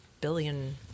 billion